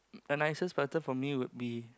the nicest prata for me would be